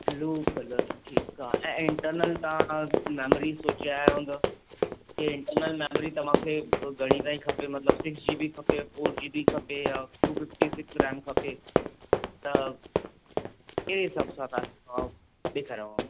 blue colour ठीकु आहे ऐं इंटरनल तव्हां मैमरी सोचे आहियां हूंदव की इंटरनल मैमरी तव्हांखे घणी ताईं खपे मतलबु सिक्स जी बी खपे फ़ॉर जी बी खपे या टू फ़िफ्टी सिक्स रैम खपे त कहिड़े हिसाब सां तव्हांखे मां ॾेखारियांव